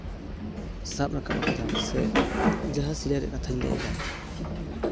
ᱥᱟᱵ ᱨᱟᱠᱟᱵ ᱟᱠᱟᱫᱟ ᱥᱮ ᱡᱟᱦᱟᱸ ᱥᱤᱞᱟᱹᱭ ᱨᱮᱭᱟᱜ ᱠᱟᱛᱷᱟᱧ ᱞᱟᱹᱭᱫᱟ